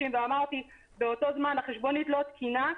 ואמרתי באותו הזמן "החשבונית לא תקינה",